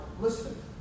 listen